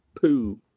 poo